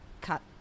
cut